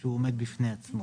שהוא עומד בפני עצמו?